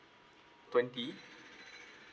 twenty